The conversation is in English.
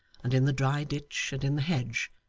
and in the dry ditch, and in the hedge,